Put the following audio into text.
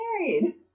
married